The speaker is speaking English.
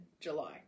july